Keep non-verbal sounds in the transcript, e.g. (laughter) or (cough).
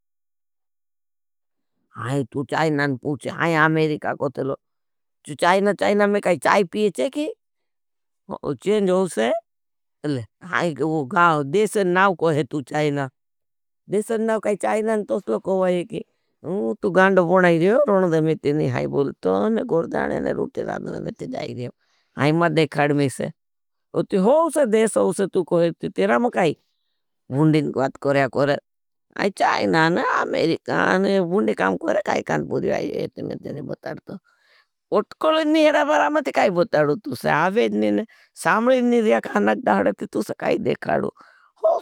आई तू चाईनान पूछे, आई अमेरिका को तो लो। तू चाईना चाईना में काई चाई पियेचे की। वो चेंज होसे। अले, आई वो गाए हो, देशन नाव कोहे तू चाईनान। देशन नाव काई चाईनान तो स्वागत होगा ये की। आई तू गाए हो, देशन नाव काई चाईनान। (unintelligible)